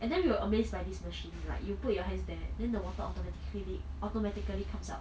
and then we were amazed by this machine like you put your hands there then the water automatically automatically comes out